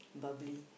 bubbly